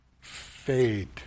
fade